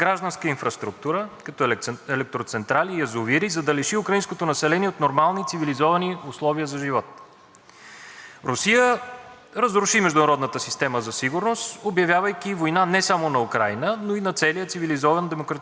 Русия разруши международната система за сигурност, обявявайки война не само на Украйна, но и на целия цивилизован демократичен свят. Демонстративно отказа да признае суверенитета и правото на съществуване на цяла европейска нация.